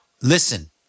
Listen